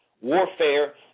Warfare